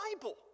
Bible